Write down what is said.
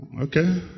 okay